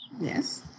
Yes